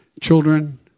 children